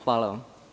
Hvala vam.